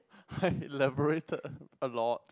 I elaborated a lot